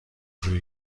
روی